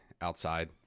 outside